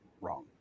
wrong